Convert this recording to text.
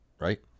right